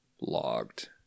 logged